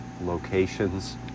locations